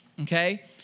Okay